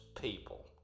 people